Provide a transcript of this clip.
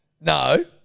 No